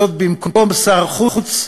זאת במקום שר חוץ,